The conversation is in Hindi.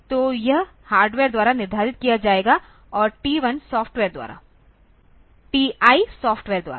तो यह हार्डवेयर द्वारा निर्धारित किया जाएगा और TI सॉफ्टवेयर द्वारा